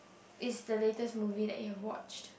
is the latest movie that you have watched